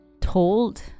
told